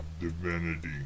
divinity